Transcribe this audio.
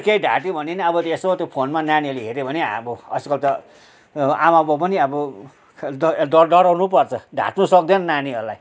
केही ढाँट्यो भने पनि अब यसो त्यो फोनमा नानीहरूले हेऱ्यो भने अब आजकल त आमा बाउ पनि अब डर डर डराउनु पो पर्छ ढाँट्नु सक्दैन नानीहरूलाई